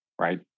right